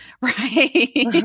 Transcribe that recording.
Right